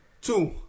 Two